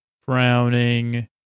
frowning